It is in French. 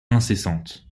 incessantes